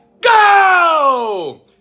go